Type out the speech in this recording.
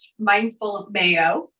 mindfulmayo